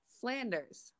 flanders